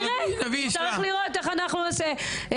נראה, צריך לראות איך אנחנו נעשה.